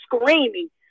screaming